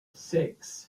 six